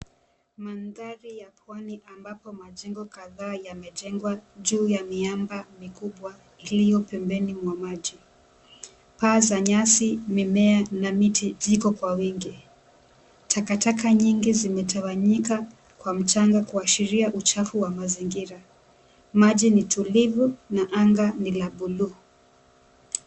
Mandhari ya Pwani ambapo majengo kadhaa yamejengwa juu ya miamba mikubwa iliyopembeni mwa maji. Paa za nyasi mimea na miti ziko kwa wingi. Takataka nyingi zimetawanyika kwa mchanga kuashiria uchafu wa mazingira. Maji ni tulivu na anga ni la b𝑢luu.